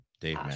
Dave